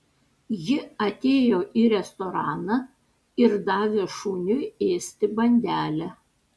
ji atėjo į restoraną ir davė šuniui ėsti bandelę